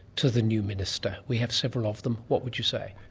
to the new minister. we have several of them, what would you say?